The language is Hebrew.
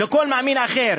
לכל מאמין אחר,